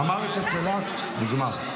אמרת את שלך, נגמר.